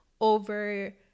over